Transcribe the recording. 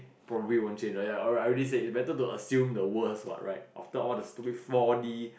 probably won't change right ya alright I already said it's better to assume the worst what right after all the stupid four-D